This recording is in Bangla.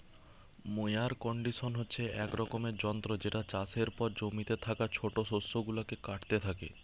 মোয়ার কন্ডিশন হচ্ছে এক রকমের যন্ত্র যেটা চাষের পর জমিতে থাকা ছোট শস্য গুলাকে কাটতে থাকে